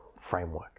framework